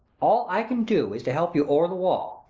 all i can do is to help you over the wall,